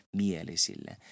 mielisille